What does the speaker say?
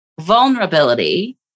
vulnerability